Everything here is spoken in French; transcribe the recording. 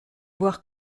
voir